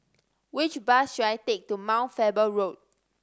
which bus should I take to Mount Faber Road